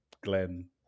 Glenn